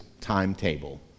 timetable